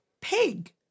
Pig